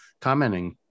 commenting